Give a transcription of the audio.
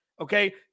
okay